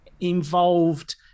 involved